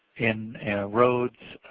in roads,